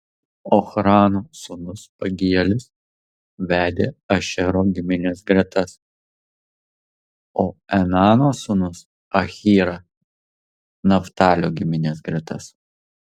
ochrano sūnus pagielis vedė ašero giminės gretas o enano sūnus ahyra naftalio giminės gretas